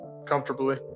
comfortably